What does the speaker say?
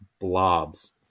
blobs